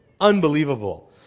Unbelievable